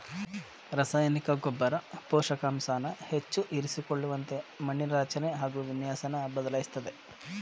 ರಸಾಯನಿಕ ಗೊಬ್ಬರ ಪೋಷಕಾಂಶನ ಹೆಚ್ಚು ಇರಿಸಿಕೊಳ್ಳುವಂತೆ ಮಣ್ಣಿನ ರಚನೆ ಹಾಗು ವಿನ್ಯಾಸನ ಬದಲಾಯಿಸ್ತದೆ